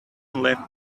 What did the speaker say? left